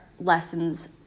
lessons